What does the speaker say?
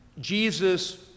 Jesus